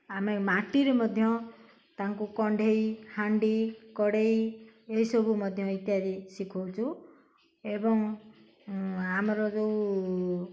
ଆମେ ମାଟିରେ ମଧ୍ୟ ତାଙ୍କୁ କଣ୍ଢେଇ ହାଣ୍ଡି କଡ଼େଇ ଏସବୁ ମଧ୍ୟ ଇତ୍ୟାଦି ଶିଖୋଉଛୁ ଏବଂ ଆମର ଯେଉଁ